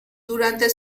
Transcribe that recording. durante